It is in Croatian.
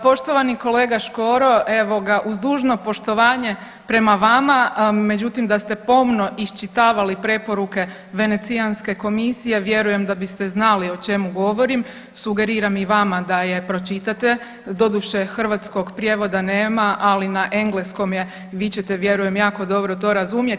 Poštovani kolega Škoro, evo ga, uz dužno poštovanje prema vama, međutim da ste pomno iščitavali preporuke venecijanske komisije vjerujem da biste znali o čemu govorim, sugeriram i vama da je pročitate, doduše hrvatskog prijevoda nema, ali na engleskom je, vi ćete vjerujem jako dobro to razumjeti.